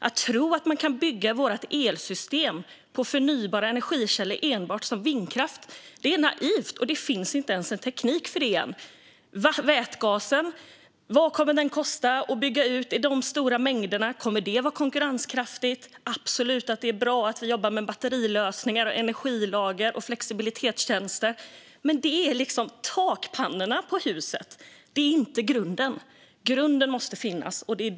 Att tro att man kan bygga vårt elsystem enbart på förnybara energikällor som vindkraft är naivt. Det finns inte ens en teknik för det än. Vad kommer vätgasen att kosta att bygga ut i de stora mängderna? Kommer det att vara konkurrenskraftigt? Det är absolut bra att vi jobbar med batterilösningar, energilager och flexibilitetstjänster. Men det är takpannorna på huset och inte grunden. Grunden måste finnas.